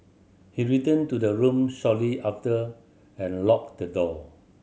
he returned to the room shortly after and locked the door